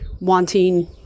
wanting